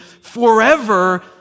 forever